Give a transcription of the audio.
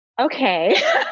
okay